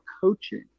coaching